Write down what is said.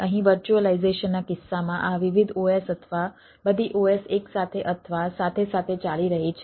અહીં વર્ચ્યુઅલાઈઝેશનના કિસ્સામાં આ વિવિધ OS અથવા બધી OS એકસાથે અથવા સાથે સાથે ચાલી રહી છે